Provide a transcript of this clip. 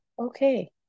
okay